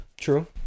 True